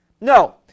No